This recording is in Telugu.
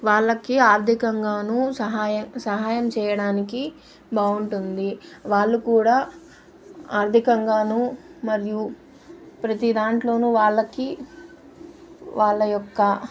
వాళ్ళకి ఆర్థికంగానూ సహాయ సహాయం చేయడానికి బావుంటుంది వాళ్ళు కూడా ఆర్థికంగానూ మరియు ప్రతీ దాంట్లోనూ వాళ్ళకి వాళ్ళ యొక్క